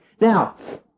Now